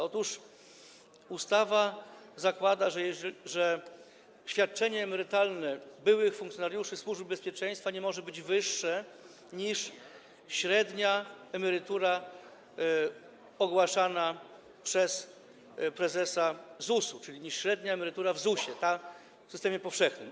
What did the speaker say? Otóż ustawa zakłada, że świadczenie emerytalne byłych funkcjonariuszy Służby Bezpieczeństwa nie może być wyższe niż średnia emerytura ogłaszana przez prezesa ZUS-u, czyli niż średnia emerytura w ZUS-ie, w systemie powszechnym.